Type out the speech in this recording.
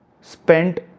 spent